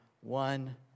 one